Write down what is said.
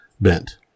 bent